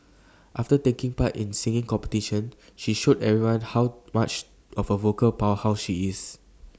after taking part in the singing competition she showed everyone how much of A vocal powerhouse she is